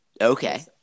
Okay